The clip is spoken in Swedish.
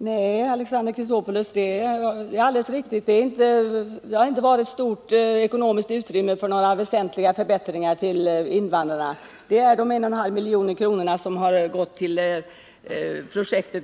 Herr talman! Ja, Alexander Chrisopoulos, det är alldeles riktigt att det inte har funnits något stort ekonomiskt utrymme för några väsentliga förbättringar när det gäller invandrarna. Det rör sig bara om de 1,5 milj.kr. som har gått till det projekt som